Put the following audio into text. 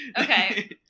Okay